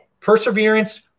perseverance